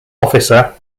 officer